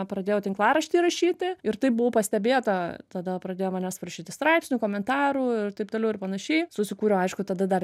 pradėjau tinklaraštį rašyti ir taip buvo pastebėta tada pradėjo manęs prašyti straipsnių komentarų ir taip toliau ir panašiai susikūriau aišku tada dar